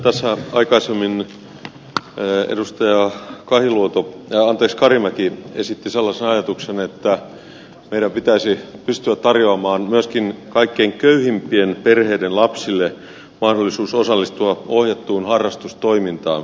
tässä aikaisemmin edustaja karimäki esitti sellaisen ajatuksen että meidän pitäisi pystyä tarjoamaan myöskin kaikkein köyhimpien perheiden lapsille mahdollisuus osallistua ohjattuun harrastustoimintaan